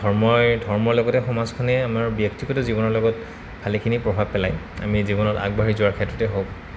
ধৰ্মই ধৰ্মৰ লগতে সমাজখনে আমাৰ ব্যক্তিগত জীৱনৰ লগত ভালেখিনি প্ৰভাৱ পেলায় আমি জীৱনত আগবাঢ়ি যোৱাৰ ক্ষেত্ৰতে হওক